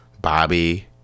Bobby